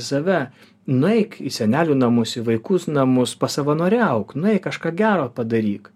save nueik į senelių namus į vaikus namus pasavanoriauk nueik kažką gero padaryk